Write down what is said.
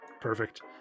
Perfect